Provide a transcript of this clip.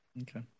okay